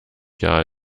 jahr